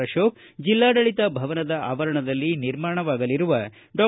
ಅಶೋಕ ಜಿಲ್ಲಾಡಳಿತ ಭವನದ ಆವರಣದಲ್ಲಿ ನಿರ್ಮಾಣವಾಗಲಿರುವ ಡಾ